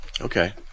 Okay